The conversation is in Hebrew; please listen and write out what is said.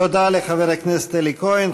תודה לחבר הכנסת אלי כהן.